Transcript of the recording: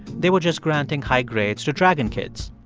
they were just granting high grades to dragon kids.